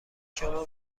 شما